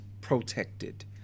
Protected